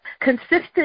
consistent